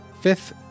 fifth